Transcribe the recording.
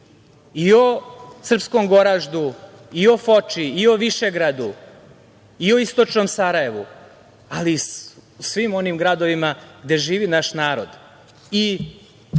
i o Srpskom Goraždu i o Foči i o Višegradu i o Istočnom Sarajevu, ali i svim onim gradovima gde živi naš